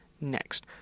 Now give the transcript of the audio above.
next